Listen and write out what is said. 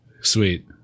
Sweet